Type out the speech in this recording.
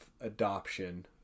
adoption